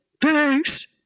thanks